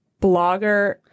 blogger